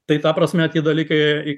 tai ta prasme tie dalykai